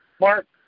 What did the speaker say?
Mark